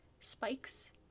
spikes